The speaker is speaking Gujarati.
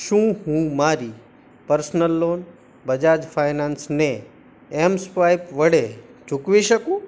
શું હું મારી પર્સનલ લોન બજાજ ફિનાન્સને ઍમ સ્વાઈપ વડે ચૂકવી શકું